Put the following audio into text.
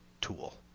tool